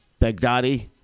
Baghdadi